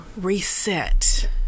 reset